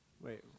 Wait